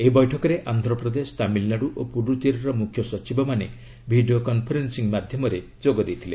ଏହି ବୈଠକରେ ଆନ୍ଧ୍ରପ୍ରଦେଶ ତାମିଲନାଡୁ ଓ ପୁଡ଼ୁଚେରୀର ମୁଖ୍ୟ ସଚିବ ମାନେ ଭିଡ଼ିଓ କନ୍ଫରେନ୍ନିଂ ମାଧ୍ୟମରେ ଯୋଗ ଦେଇଥିଲେ